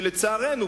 שלצערנו,